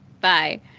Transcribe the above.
Bye